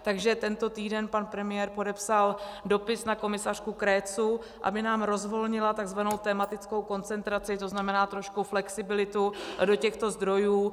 Takže tento týden pan premiér podepsal dopis na komisařku Cretu, aby nám rozvolnila takzvanou tematickou koncentraci, to znamená trošku flexibilitu do těchto zdrojů.